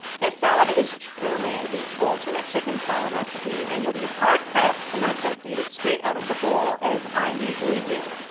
this salad is truly the ultimate chicken salad recipe, and you'll be hard pressed to not just eat it straight out of the bowl, as i usually do.